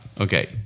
Okay